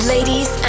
Ladies